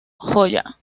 joya